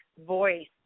voice